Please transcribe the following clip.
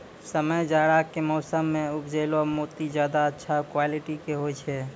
समय जाड़ा के मौसम मॅ उपजैलो मोती ज्यादा अच्छा क्वालिटी के होय छै